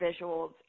visuals